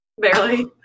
Barely